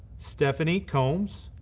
stephanie combs,